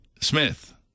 Smith